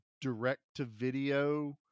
direct-to-video